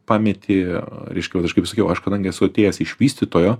pameti reiškia kaip sakiau aš kadangi esu atėjęs iš vystytojo